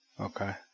Okay